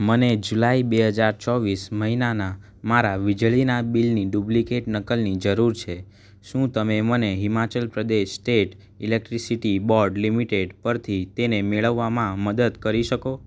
મને જુલાઈ બે હજાર ચોવીસ મહિનાના મારા વીજળીના બિલની ડુપ્લિકેટ નકલની જરૂર છે શું તમે મને Himachal Pradesh state electricity board limited પરથી તેને મેળવવામાં મદદ કરી શકો